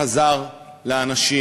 חזר לאנשים.